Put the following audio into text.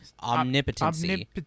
omnipotency